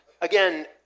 again